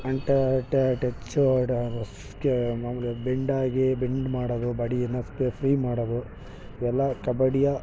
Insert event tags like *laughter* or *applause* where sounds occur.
ಆ್ಯಂಟ touch ಡ ಸ್ಕ *unintelligible* ಬೆಂಡಾಗಿ bend ಮಾಡೋದು ಬಾಡಿಯನ್ನು ಫ್ರೀ ಮಾಡೋದು ಇವೆಲ್ಲ ಕಬಡ್ಡಿಯ